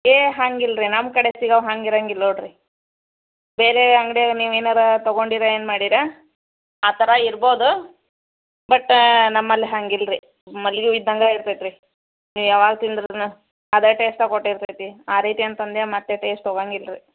ಏ ಹಂಗೆ ಇಲ್ಲರಿ ನಮ್ಮ ಕಡೆ ಸಿಗೋ ಹಂಗೆ ಇರಂಗಿಲ್ಲ ನೋಡಿರಿ ಬೇರೆ ಅಂಗ್ಡ್ಯಾಗೆ ನೀವು ಏನಾರು ತಗೊಂಡೀರಾ ಏನು ಮಾಡೀರ ಆ ಥರ ಇರ್ಬೋದು ಬಟ್ ನಮ್ಮಲ್ಲಿ ಹಂಗೆ ಇಲ್ಲರಿ ಮಲ್ಗೆ ಹೂ ಇದ್ದಂಗೆ ಇರ್ತೈತೆ ರೀ ನೀವು ಯಾವಾಗ ತಿಂದ್ರು ಅದೇ ಟೆಸ್ಟೇ ಕೊಟ್ಟಿರ್ತೈತೆ ಆ ರೀತಿ ಅಂತಂದು ಮತ್ತೆ ಟೆಸ್ಟ್ ಹೋಗಂಗಿಲ್ ರೀ